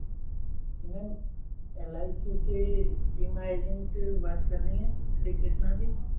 ma'am L I C से Reema agent बात कर रही हैं श्री कृष्णा से